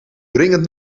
dringend